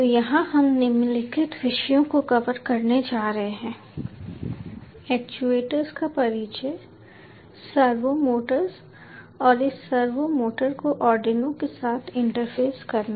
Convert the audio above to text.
तो यहाँ हम निम्नलिखित विषयों को कवर करने जा रहे हैं एक्चुएटर्स का परिचय सर्वो मोटर्स और इस सर्वो मोटर को आर्डिनो के साथ इंटरफेस करना